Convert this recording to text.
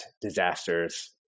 disasters